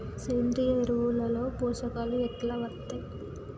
సేంద్రీయ ఎరువుల లో పోషకాలు ఎట్లా వత్తయ్?